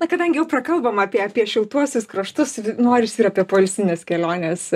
na kadangi jau prakalbom apie apie šiltuosius kraštus norisi ir apie poilsines keliones